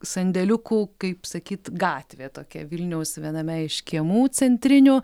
sandėliukų kaip sakyt gatvė tokia vilniaus viename iš kiemų centrinių